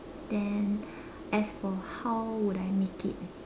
then as for how would I make it